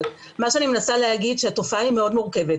אבל מה שאני מנסה להגיד זה שהתופעה היא מאוד מורכבת.